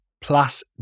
plus